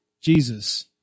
Jesus